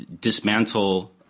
dismantle